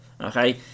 okay